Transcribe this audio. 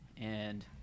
And-